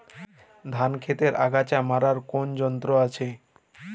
ধান ক্ষেতের আগাছা মারার কোন যন্ত্র আছে?